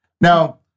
Now